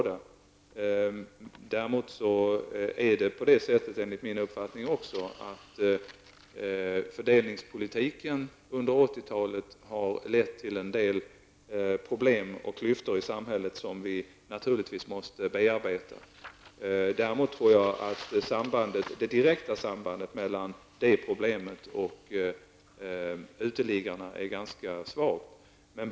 Däremot är det också enligt min uppfattning så, att fördelningspolitiken under 80-talet har lett till ökade klyftor i samhället, något som vi naturligtvis måste göra någonting åt. Däremot tror jag att det direkta sambandet mellan det problemet och det ökade antalet uteliggare är ganska svagt.